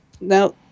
Now